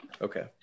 Okay